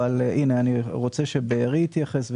אני רוצה שבארי יתייחס,